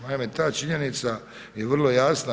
Naime, ta činjenica je vrlo jasna.